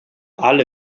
alle